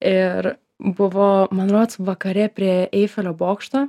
ir buvo man rods vakare prie eifelio bokšto